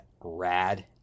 rad